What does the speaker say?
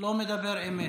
לא מדבר אמת.